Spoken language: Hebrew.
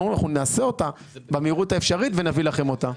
אנחנו אומרים שנעשה אותה במהירות האפשרות ונביא לכם אותה.